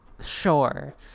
sure